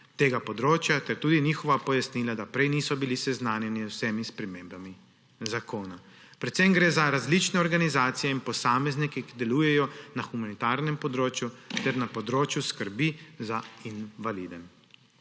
tega področja ter tudi njihova pojasnila, da prej niso bili seznanjeni z vsemi spremembami zakona. Predvsem gre za različne organizacije in posameznike, ki delujejo na humanitarnem področju ter na področju skrbi za invalide.